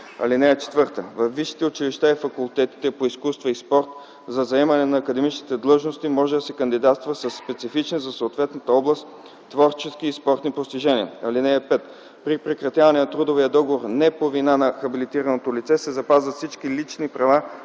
им. (4) Във висшите училища и факултети по изкуства и спорт за заемането на академични длъжности може да се кандидатства със специфични за съответната област творчески и спортни постижения. (5) При прекратяване на трудовия договор не по вина на хабилитираното лице се запазват всички лични права,